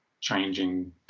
changing